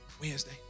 Wednesday